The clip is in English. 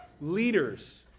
leaders